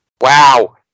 Wow